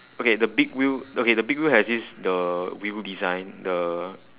okay the big wheel okay the big wheel has this the wheel design the